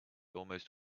almost